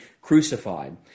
crucified